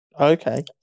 Okay